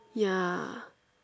ya